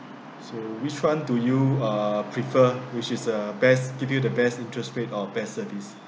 so which one do you uh prefer which is the best give you the best interest rate or best service